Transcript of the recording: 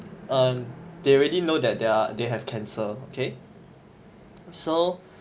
um they already know that they are they have cancer K so